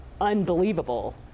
unbelievable